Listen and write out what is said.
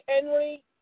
Henry